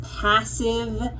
passive